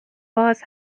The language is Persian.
باز